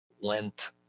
lent